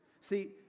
See